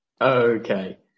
Okay